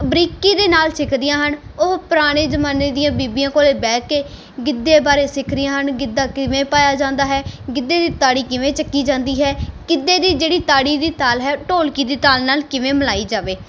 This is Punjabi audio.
ਬਰੀਕੀ ਦੇ ਨਾਲ ਸਿੱਖਦੀਆਂ ਹਨ ਉਹ ਪੁਰਾਣੇ ਜਮਾਨੇ ਦੀਆਂ ਬੀਬੀਆਂ ਕੋਲ ਬਹਿ ਕੇ ਗਿੱਧੇ ਬਾਰੇ ਸਿੱਖ ਰਹੀਆਂ ਹਨ ਗਿੱਧਾ ਕਿਵੇਂ ਪਾਇਆ ਜਾਂਦਾ ਹੈ ਗਿੱਧੇ ਦੀ ਤਾੜੀ ਕਿਵੇਂ ਚੱਕੀ ਜਾਂਦੀ ਹੈ ਗਿੱਧੇ ਦੀ ਜਿਹੜੀ ਤਾੜੀ ਦੀ ਤਾਲ ਹੈ ਢੋਲਕੀ ਦੀ ਤਾਲ ਨਾਲ ਕਿਵੇਂ ਮਿਲਾਈ ਜਾਵੇ